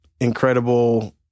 incredible